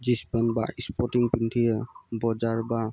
jeans pant বা sporting পিন্ধিয়ে বজাৰ বা